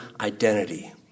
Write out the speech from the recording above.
identity